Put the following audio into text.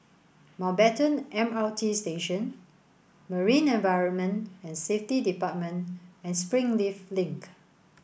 Mountbatten M R T Station Marine Environment and Safety Department and Springleaf Link